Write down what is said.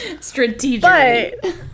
Strategically